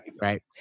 Right